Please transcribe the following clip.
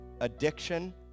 addiction